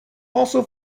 also